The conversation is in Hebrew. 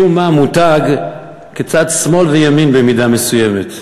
משום מה ממותג כצד שמאל וימין במידה מסוימת.